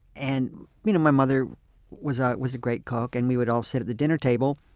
and you know my mother was ah was a great cook. and we would all sit at the dinner table.